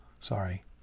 Sorry